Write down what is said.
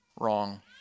wrong